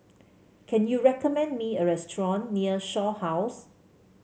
can you recommend me a restaurant near Shaw House